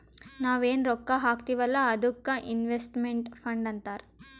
ನಾವ್ ಎನ್ ರೊಕ್ಕಾ ಹಾಕ್ತೀವ್ ಅಲ್ಲಾ ಅದ್ದುಕ್ ಇನ್ವೆಸ್ಟ್ಮೆಂಟ್ ಫಂಡ್ ಅಂತಾರ್